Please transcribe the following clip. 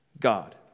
God